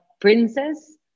princess